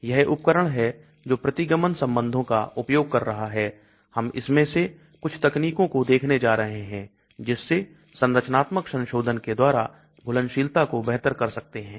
यह उपकरण है जो प्रतिगमन संबंधों का उपयोग कर रहा है हम इसमें से कुछ तकनीकों को देखने जा रहे हैं जिस से संरचनात्मक संशोधन के द्वारा घुलनशीलता को बेहतर कर सकते हैं